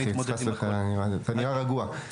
אתה נרגע רגוע.